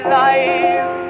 life